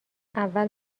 اول